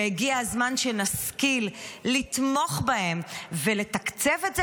והגיע הזמן שנשכיל לתמוך בהם ולתקצב את זה